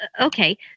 Okay